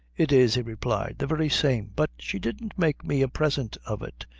it is, he replied, the very same but she didn't make me a present of it,